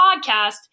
podcast